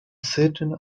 sitting